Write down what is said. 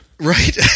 Right